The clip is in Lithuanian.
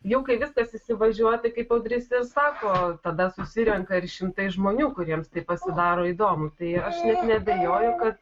jau kai viskas įsivažiuoja tai kaip audrys ir sako tada susirenka ir šimtai žmonių kuriems tai pasidaro įdomu tai aš net neabejoju kad